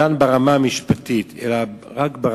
דן ברמה המשפטית אלא רק,